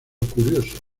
curioso